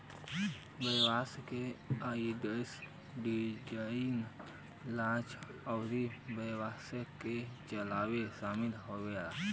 व्यवसाय क idea, design, launch अउर व्यवसाय क चलावे शामिल हउवे